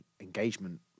engagement